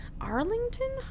Arlington